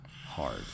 hard